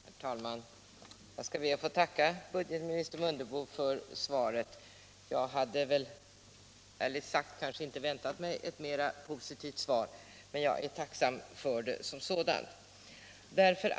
Herr talman! Jag skall be att få tacka budgetministern Mundebo för svaret på min fråga. Jag hade väl ärligt sagt inte väntat mig ett mera positivt svar, och jag är tacksam för det som det är.